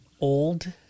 old